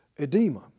edema